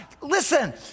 Listen